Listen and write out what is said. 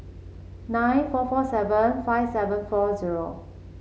nine four four seven five seven four zero